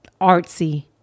artsy